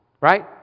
Right